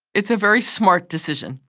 it's a very smart decision.